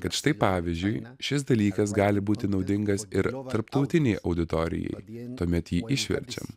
kad štai pavyzdžiui šis dalykas gali būti naudingas ir tarptautinei auditorijai tuomet jį išverčiam